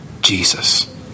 Jesus